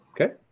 Okay